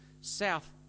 south